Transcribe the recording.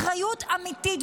אחריות אמיתית,